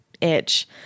itch